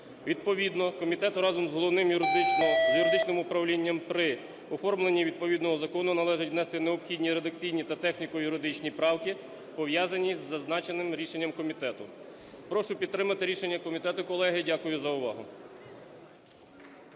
Відповідно комітету разом з Головним юридичним управлінням при оформленні відповідного закону належить внести необхідні редакційні та техніко-юридичні правки, пов'язані із зазначеним рішенням комітету. Прошу підтримати рішення комітету, колеги. Дякую за увагу.